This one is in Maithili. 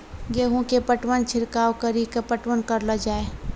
गेहूँ के पटवन छिड़काव कड़ी के पटवन करलो जाय?